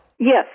Yes